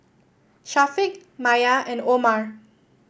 Syafiq Maya and Omar